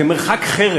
כמרחק חרב